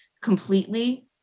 completely